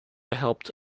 helped